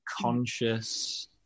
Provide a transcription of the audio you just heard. conscious